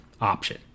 option